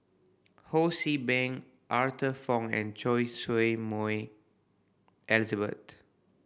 Ho See Beng Arthur Fong and Choy Su Moi Elizabeth